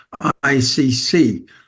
ICC